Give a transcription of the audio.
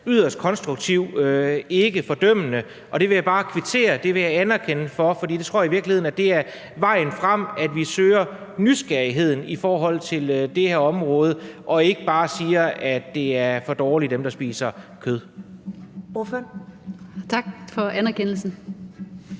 yderst konstruktivt og ikke fordømmende. Og det vil jeg bare anerkende og kvittere for, for det tror jeg i virkeligheden er det, der er vejen frem, altså at vi søger nysgerrigheden i forhold til det her område og ikke bare siger, at det er for dårligt med dem, der spiser kød. Kl.